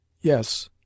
Yes